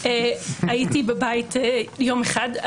הייתי בבית יום אחד,